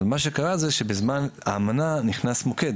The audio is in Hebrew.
מה שקרה זה שבזמן האמנה נכנס מוקד,